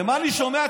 ומה אני שומע?